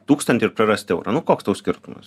tūkstantį ir prarasti eurą nu koks tau skirtumas